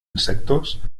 insectos